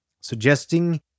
suggesting